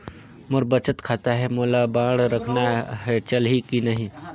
मोर बचत खाता है मोला बांड रखना है चलही की नहीं?